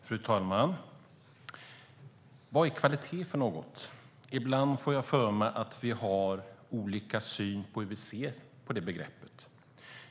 Fru talman! Vad är kvalitet för något? Ibland får jag för mig att vi har olika syn på det begreppet.